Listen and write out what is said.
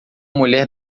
mulher